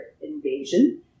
invasion